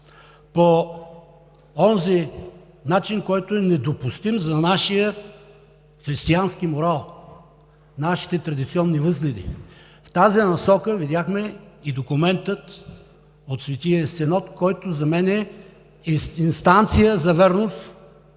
дух, начин, недопустим за нашия християнски морал и нашите традиционни възгледи. В тази насока видяхме и документа от Светия Синод, който за мен е инстанция за вярност,